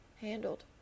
handled